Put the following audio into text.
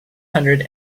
hundred